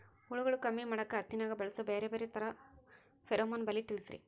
ಹುಳುಗಳು ಕಮ್ಮಿ ಮಾಡಾಕ ಹತ್ತಿನ್ಯಾಗ ಬಳಸು ಬ್ಯಾರೆ ಬ್ಯಾರೆ ತರಾ ಫೆರೋಮೋನ್ ಬಲಿ ತಿಳಸ್ರಿ